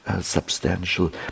substantial